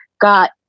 got